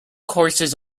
courses